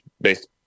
based